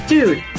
Dude